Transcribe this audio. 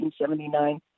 1979